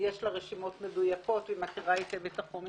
יש רשימות מדויקות, והיא מכירה היטב את החומר.